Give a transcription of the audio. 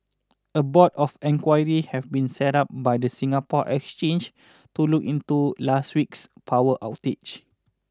a board of inquiry have been set up by the Singapore Exchange to look into last week's power outage